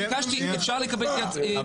אפשר לקבל ייעוץ משפטי?